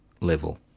level